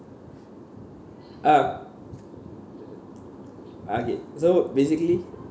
uh okay so basically